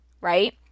right